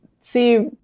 see